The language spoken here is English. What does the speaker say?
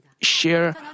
share